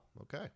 okay